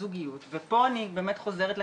זוגיות ופה אני באמת חוזרת לקריטריונים.